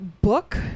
book